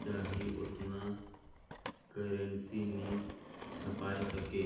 चाही ओतना करेंसी नी छाएप सके